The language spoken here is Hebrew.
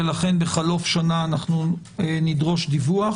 ולכן בחלוף שנה נדרוש דיווח,